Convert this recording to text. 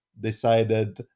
decided